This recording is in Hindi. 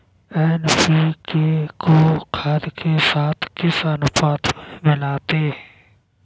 एन.पी.के को खाद के साथ किस अनुपात में मिलाते हैं?